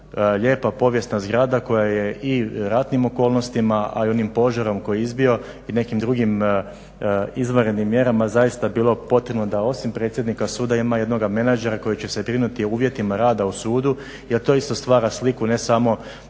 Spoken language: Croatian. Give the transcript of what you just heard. lijepa povijesna zgrada koja je i u ratnim okolnostima, a i onim požarom koji je izbio i nekim drugim izvanrednim mjerama zaista bilo potrebno da osim predsjednika suda ima jednoga menadžera koji će se brinuti o uvjetima rada u sudu jer to isto stvara sliku ne samo oko